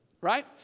right